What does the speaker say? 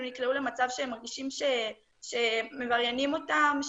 אם הם נקלעו למצב שהם מרגישים שמבריינים אותם,